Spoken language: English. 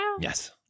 Yes